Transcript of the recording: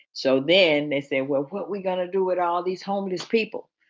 so then they say, well, what, we're going to do it all these homeless people.